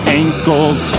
ankles